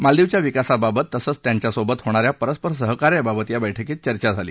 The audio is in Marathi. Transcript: मालदीवच्या विकासाबाबत तसंच त्यांच्यासोबत होणा या परस्पर सहकार्याबाबत या बैठकीत चर्चा झाली